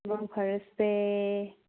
ꯃꯪ ꯐꯔꯁꯦ